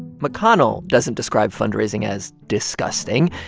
mcconnell doesn't describe fundraising as disgusting,